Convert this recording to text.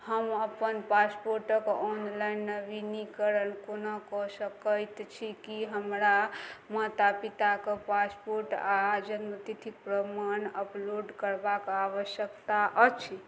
हम अपन पासपोर्टक ऑनलाइन नवीनीकरण कोना कऽ सकैत छी की हमरा माता पिता कऽ पासपोर्ट आ जन्मतिथिक प्रमाण अपलोड करबाक आवश्यकता अछि